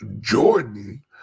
jordan